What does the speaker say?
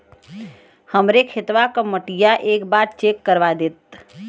हमरे खेतवा क मटीया एक बार चेक करवा देत?